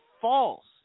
false